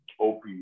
Opie